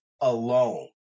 alone